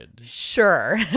sure